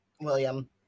William